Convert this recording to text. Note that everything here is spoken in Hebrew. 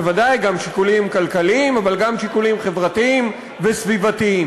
בוודאי גם שיקולים כלכליים אבל גם שיקולים חברתיים וסביבתיים.